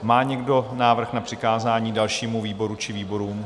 Má někdo návrh na přikázání dalšímu výboru či výborům?